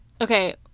Okay